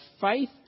faith